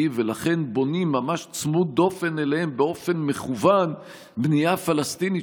ולכן בונים ממש צמוד דופן אליהם באופן מכוון בנייה פלסטינית,